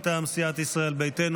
מטעם סיעת ישראל ביתנו.